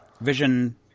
Vision